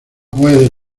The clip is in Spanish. puedes